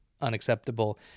unacceptable